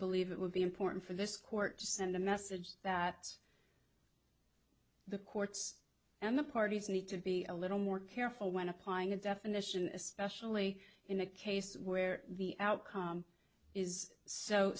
believe it will be important for this court to send a message that the courts and the parties need to be a little more careful when applying a definition especially in a case where the outcome is so